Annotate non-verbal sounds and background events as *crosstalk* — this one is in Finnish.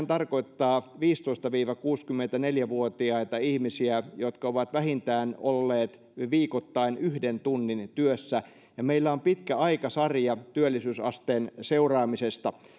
*unintelligible* tarkoittaa viisitoista viiva kuusikymmentäneljä vuotiaita ihmisiä jotka ovat olleet vähintään viikoittain yhden tunnin työssä meillä on pitkä aikasarja työllisyysasteen seuraamisesta